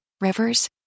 rivers